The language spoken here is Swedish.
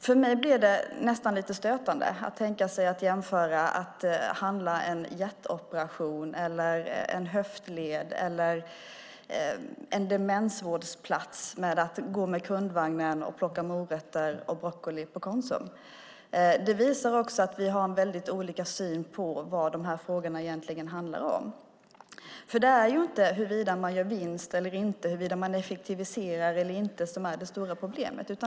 För mig är det stötande att jämföra upphandling av en hjärtoperation, en höftled eller en demensvårdsplats med att gå med kundvagnen på Konsum och plocka morötter och broccoli. Det visar att vi har olika syn på vad frågan egentligen handlar om. Det är ju inte huruvida man gör vinst eller inte och huruvida man effektiviserar eller inte som är det stora problemet.